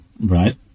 right